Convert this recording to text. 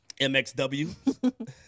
mxw